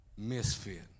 misfit